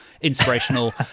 inspirational